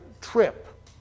trip